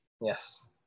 Yes